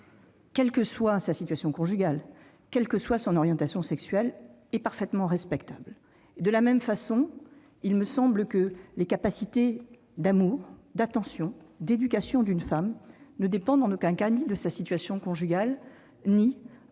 quelle que soit sa situation conjugale, quelle que soit son orientation sexuelle, est parfaitement respectable. De la même façon, il me semble que les capacités d'amour, d'attention, d'éducation d'une femme ne dépendent en aucun cas de sa situation conjugale, ni de son orientation sexuelle.